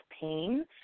pain